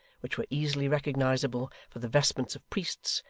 which were easily recognisable for the vestments of priests,